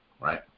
Right